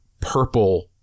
purple